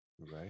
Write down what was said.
Right